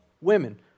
women